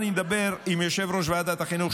כל פעם שאני מדבר עם יושב-ראש ועדת החינוך,